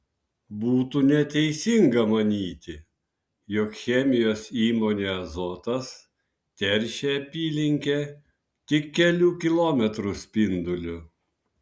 būtų neteisinga manyti jog chemijos įmonė azotas teršia apylinkę tik kelių kilometrų spinduliu